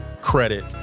credit